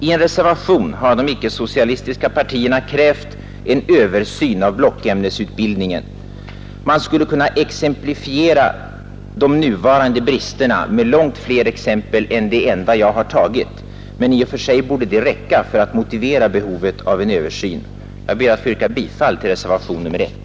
I en reservation har de icke-socialistiska partierna krävt en översyn av blockämnesutbildningen. Man skulle kunna exemplifiera de nuvarande bristerna med långt fler exempel än det jag tagit, men i och för sig borde det räcka för att motivera behovet av en översyn. Jag ber därför att få yrka bifall till reservationen 1.